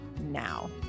now